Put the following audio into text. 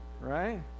Right